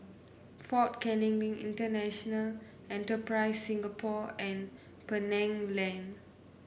Fort Canning Link International Enterprise Singapore and Penang Lane